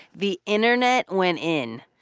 the internet went in.